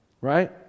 Right